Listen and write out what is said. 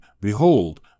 Behold